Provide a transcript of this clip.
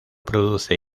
produce